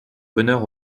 bonheur